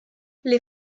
les